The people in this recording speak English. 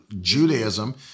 Judaism